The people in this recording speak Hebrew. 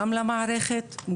גם למערכת,